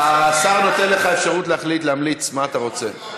השר נותן לך אפשרות להחליט, להמליץ מה אתה רוצה.